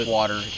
water